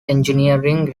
engineering